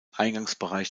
eingangsbereich